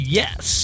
yes